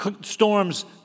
storms